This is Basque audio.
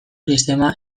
sistema